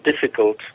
difficult